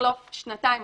בחלוף שנתיים,